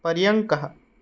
पर्यङ्कः